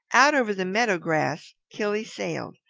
out over the meadow grass killy sailed.